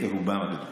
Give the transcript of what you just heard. רובם הגדול.